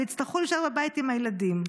ויצטרכו להישאר בבית עם הילדים.